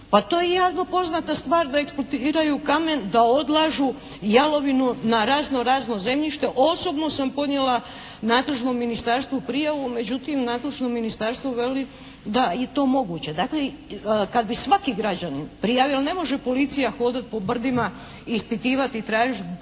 Pa to je javno poznata stvar da eksploatiraju kamen, da odlažu jalovinu na razno razno zemljište. Osobno sam podnijela nadležnom Ministarstvu prijavu međutim nadležno Ministarstvo veli da je to moguće. Dakle kad bi svaki građanin prijavio, ali ne može policija hodati po brdima, ispitivati i tražiti